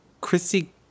Chrissy